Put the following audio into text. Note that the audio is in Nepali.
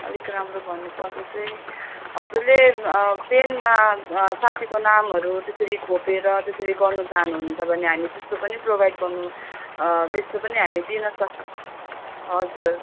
अलिक राम्रो भन्नुपर्दा चाहिँ हजुरले पेनमा साथीको नामहरू त्यसरी खोपेर त्यसरी गर्नु चाहनुहुन्छ भने हामी त्यस्तो पनि प्रोभाइड गर्नु त्यस्तो पनि दिन सक् हजुर